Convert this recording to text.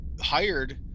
hired